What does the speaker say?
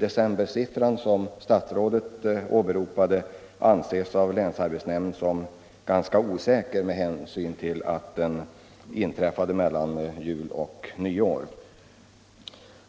Decembersiffran, som statsrådet åberopade, anses av länsarbetsnämnden som ganska osäker med hänsyn till att den räkningen gjordes mellan jul och nyår.